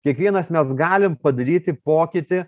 kiekvienas mes galim padaryti pokytį